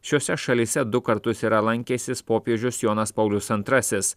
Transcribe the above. šiose šalyse du kartus yra lankęsis popiežius jonas paulius antrasis